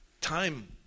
time